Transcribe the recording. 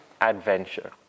adventure